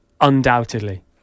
undoubtedly